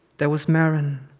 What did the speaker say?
there was maren,